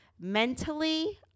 mentally